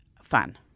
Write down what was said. fun